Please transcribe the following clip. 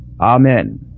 Amen